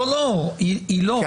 לא לא היא לא.